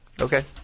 Okay